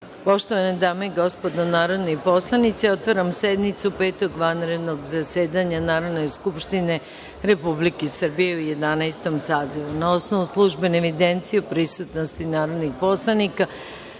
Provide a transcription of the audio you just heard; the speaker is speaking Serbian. Poštovane dame i gospodo narodni poslanici, otvaram sednicu Petog vanrednog zasedanja Narodne skupštine Republike Srbije u Jedanaestom sazivu. Na osnovu službene evidencije o prisutnosti narodnih poslanika